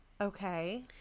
Okay